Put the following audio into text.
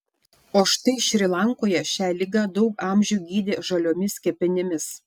o štai šri lankoje šią ligą daug amžių gydė žaliomis kepenimis